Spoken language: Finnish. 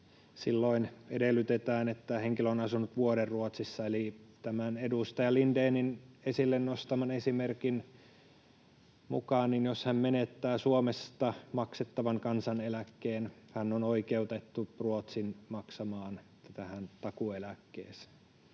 silloin edellytetään, että henkilö on asunut vuoden Ruotsissa. Eli tämän edustaja Lindénin esille nostaman esimerkin mukaan, jos hän menettää Suomesta maksettavan kansaneläkkeen, hän on oikeutettu tähän Ruotsin maksamaan takuueläkkeeseen.